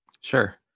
sure